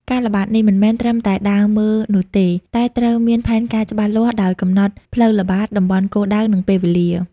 ការល្បាតនេះមិនមែនត្រឹមតែដើរមើលនោះទេ តែត្រូវមានផែនការច្បាស់លាស់ ដោយកំណត់ផ្លូវល្បាត តំបន់គោលដៅ និងពេលវេលា។